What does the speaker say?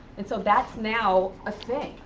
and so that's now a thing.